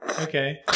Okay